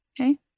Okay